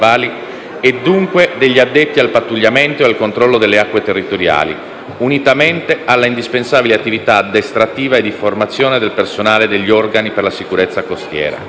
e, dunque, degli addetti al pattugliamento e al controllo delle acque territoriali, unitamente alla indispensabile attività addestrativa e di formazione del personale degli organi per la sicurezza costiera.